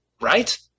Right